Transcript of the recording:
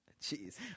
Jeez